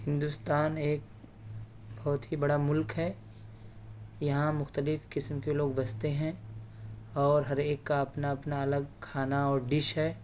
ہندوستان ایک بہت ہی بڑا ملک ہے یہاں مختلف قسم کے لوگ بستے ہیں اور ہر ایک کا اپنا اپنا الگ کھانا اور ڈش ہے